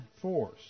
force